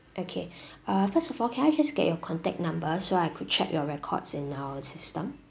okay uh first of all can I just get your contact number so I could check your records in our system